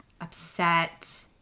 upset